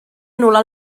anul·lar